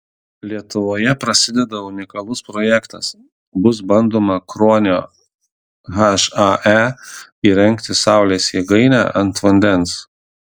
lietuvoje prasideda unikalus projektas bus bandoma kruonio hae įrengti saulės jėgainę ant vandens